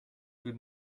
tout